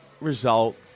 result